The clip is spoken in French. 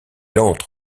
entre